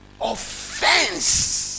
Offense